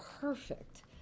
perfect